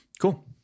Cool